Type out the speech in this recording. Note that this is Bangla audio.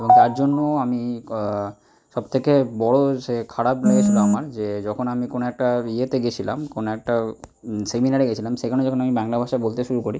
এবং তার জন্য আমি সবথেকে বড় যে খারাপ লেগেছিল আমার যে যখন আমি কোনো একটা ইয়েতে গেছিলাম কোনো একটা সেমিনারে গেছিলাম সেখানে যখন আমি বাংলা ভাষায় বলতে শুরু করি